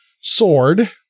sword